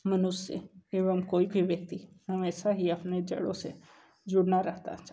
मनुष्य एवं कोई भी व्यक्ति हमेशा ही अपने जड़ों से जुड़ा रहता चाहता है